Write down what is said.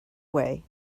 way